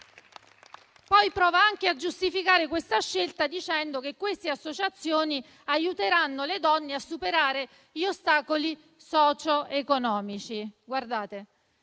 Poi prova anche a giustificare tale scelta dicendo che queste associazioni aiuteranno le donne a superare gli ostacoli socioeconomici: